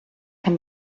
can